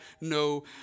no